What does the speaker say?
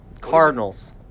Cardinals